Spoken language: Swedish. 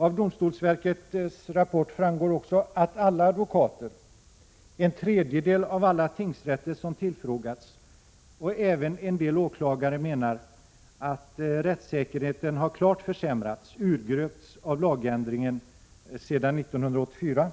Av domstolsverkets rapport framgår också att alla advokater, en tredjedel av de tingsrätter som tillfrågats och även en del åklagare menar, att rättssäkerheten har klart försämrats av lagändringen sedan 1984.